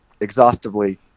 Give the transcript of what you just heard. exhaustively